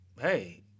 hey